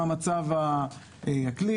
מה מצב הכלי,